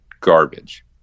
garbage